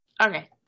Okay